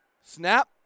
Snap